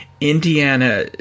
Indiana